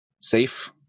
safe